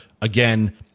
again